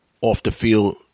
off-the-field